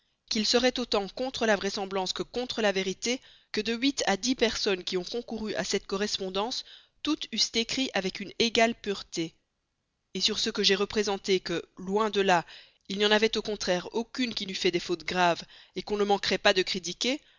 qu'il serait autant contre la vraisemblance que contre la vérité que de huit à dix personnes qui ont concouru à cette correspondance toutes eussent écrit avec une égale pureté et sur ce que j'ai représenté que loin de-là il n'y en avait au contraire aucune qui n'eût fait des fautes graves et qu'on ne manquerait pas de critiquer